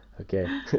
okay